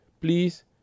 Please